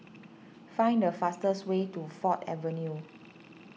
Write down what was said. find the fastest way to Ford Avenue